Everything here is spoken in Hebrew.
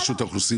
מי עוד?